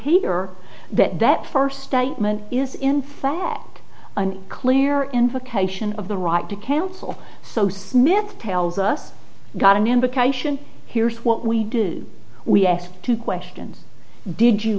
or that that first statement is in fact an clear invocation of the right to counsel so smith tells us got an indication here's what we do we asked two questions did you